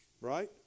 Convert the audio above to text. right